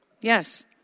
Yes